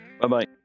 Bye-bye